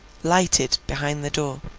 lighted, behind the door.